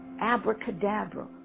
abracadabra